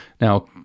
Now